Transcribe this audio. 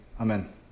Amen